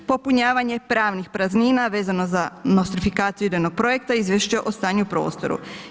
Popunjavanje pravnih praznina vezano za nostrifikaciju idejnog projekta i izvješće o stanju u prostoru.